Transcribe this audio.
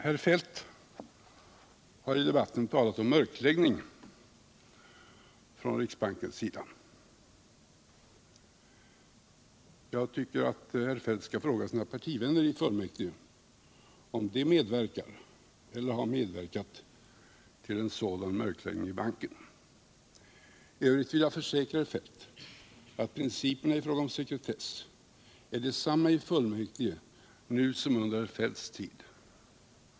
Herr Feldt har i debatten talat om mörkläggning från riksbankens sida. Jag tycker att herr Feldt skall fråga sina partivänner i fullmäktige, om de medverkar eller har medverkat till en sådan mörkläggning i banken. I övrigt vill jag försäkra herr Feldt att principerna i fråga om sekretess är desamma i fullmäktige nu som under herr Feldts tid.